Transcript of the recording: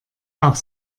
auch